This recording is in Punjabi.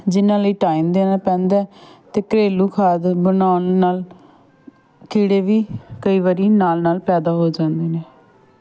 ਜਿਹਨਾਂ ਲਈ ਟਾਈਮ ਦੇਣਾ ਪੈਂਦਾ ਅਤੇ ਘਰੇਲੂ ਖਾਦ ਬਣਾਉਣ ਨਾਲ ਕੀੜੇ ਵੀ ਕਈ ਵਾਰੀ ਨਾਲ ਨਾਲ ਪੈਦਾ ਹੋ ਜਾਂਦੇ ਨੇ